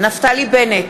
נפתלי בנט,